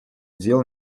дел